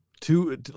two